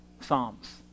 Psalms